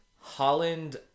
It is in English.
Holland